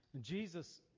Jesus